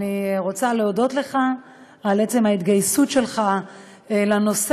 אני רוצה להודות לך על עצם ההתגייסות שלך לנושא,